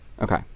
Okay